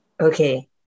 Okay